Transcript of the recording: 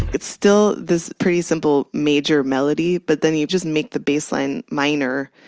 it's still this pretty simple major melody. but then you just make the baseline minor,